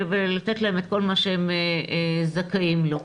ולתת להם כל מה שהם זכאים לו,